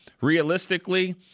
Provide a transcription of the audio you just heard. Realistically